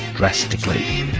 drastically.